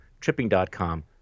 tripping.com